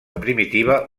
primitiva